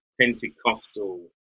Pentecostal